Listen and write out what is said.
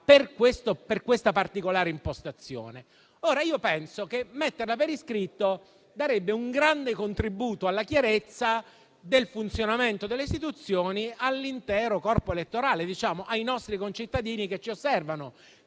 per questa particolare impostazione. Io penso che metterla per iscritto darebbe un grande contributo alla chiarezza del funzionamento delle istituzioni all'intero corpo elettorale, ai nostri concittadini che ci osservano;